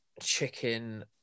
chicken